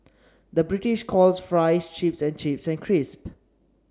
the British calls fries chips and chips and crisps